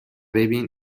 ببین